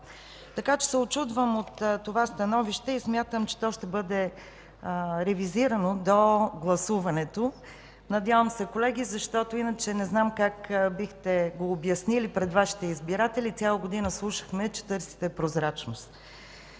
Така че се учудвам от това становище и смятам, че то ще бъде ревизирано до гласуването. Надявам се, колеги, защото иначе на знам как бихте го обяснили пред Вашите избиратели. Цяла година слушахме, че търсите прозрачност.